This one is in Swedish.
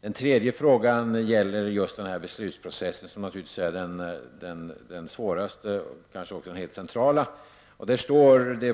Den tredje frågan, som kanske är den svåraste och den mest centrala, gäller beslutsprocessen.